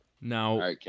Now